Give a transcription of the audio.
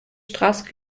straße